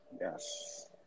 Yes